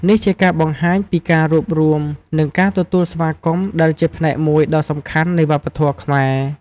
នេះជាការបង្ហាញពីការរួបរួម និងការទទួលស្វាគមន៍ ដែលជាផ្នែកមួយដ៏សំខាន់នៃវប្បធម៌ខ្មែរ។